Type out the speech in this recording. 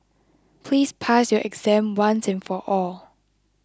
please pass your exam once and for all